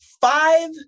five